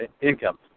income